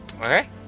Okay